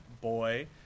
boy